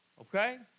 Okay